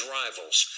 rivals